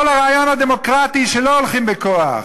כל הרעיון הדמוקרטי הוא שלא הולכים בכוח,